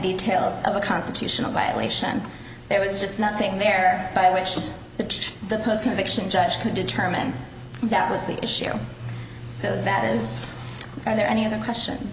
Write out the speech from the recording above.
details of a constitutional violation there was just nothing there by which the judge the post conviction judge to determine that was the issue so that is are there any other question